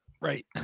Right